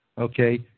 okay